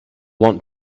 want